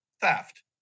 theft